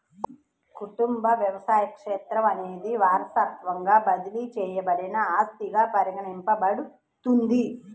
కుటుంబ వ్యవసాయ క్షేత్రం అనేది వారసత్వంగా బదిలీ చేయబడిన ఆస్తిగా పరిగణించబడుతుంది